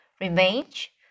Revenge